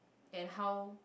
and how